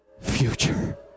future